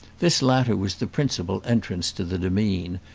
this latter was the principal entrance to the demesne,